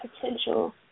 potential